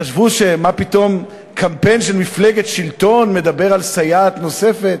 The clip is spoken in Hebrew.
חשבו: מה פתאום קמפיין של מפלגת שלטון מדבר על סייעת נוספת?